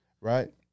right